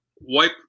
wipe